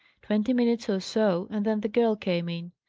twenty minutes or so, and then the girl came in.